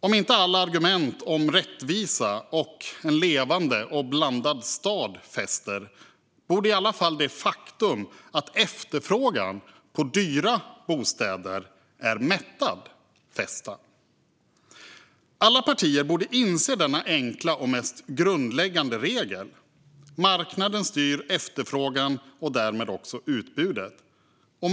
Om inte alla argument om rättvisa och en levande och blandad stad fäster borde i alla fall det faktum att efterfrågan på dyra bostäder är mättad fästa. Alla partier borde inse denna enkla och mest grundläggande regel: Marknaden styr efterfrågan och därmed också utbudet.